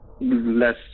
less